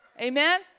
Amen